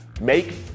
make